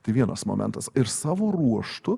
tai vienas momentas ir savo ruožtu